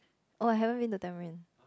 oh I haven't win the